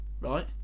right